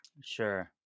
Sure